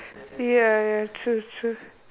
ya ya true true